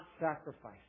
sacrifice